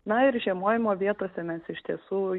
na ir žiemojimo vietose mes iš tiesų